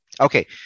Okay